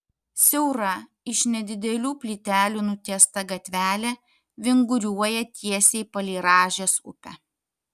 siaura iš nedidelių plytelių nutiesta gatvelė vinguriuoja tiesiai palei rąžės upę